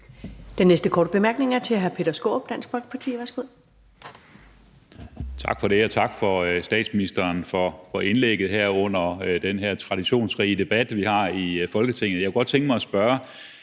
Den næste korte bemærkning er til hr. Peter Skaarup, Dansk Folkeparti. Værsgo. Kl. 14:31 Peter Skaarup (DF): Tak for det, og tak til statsministeren for indlægget under den her traditionsrige debat, vi har i Folketinget. Jeg kunne godt tænke mig at spørge